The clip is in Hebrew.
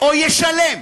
או ישלם